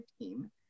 team